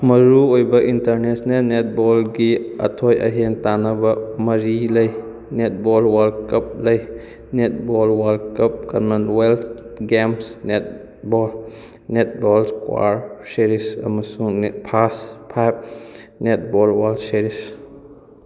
ꯃꯔꯨ ꯑꯣꯏꯕ ꯏꯟꯇꯔꯅꯦꯟꯅꯦꯜ ꯅꯦꯠꯕꯣꯜꯒꯤ ꯑꯊꯣꯏ ꯑꯍꯦꯟ ꯇꯥꯟꯅꯕ ꯃꯔꯤ ꯂꯩ ꯅꯦꯠꯕꯣꯜ ꯋꯥꯔꯜ ꯀꯞ ꯂꯩ netball world cup commonwealth games netball netball ꯏꯁꯀꯥꯔ ꯁꯦꯔꯤꯁ ꯑꯃꯁꯨꯝ ꯐꯥꯁꯠ ꯐꯥꯏꯕ ꯅꯦꯠꯕꯣꯜ ꯋꯥꯁ ꯁꯦꯔꯤꯁ